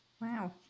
Wow